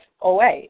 OA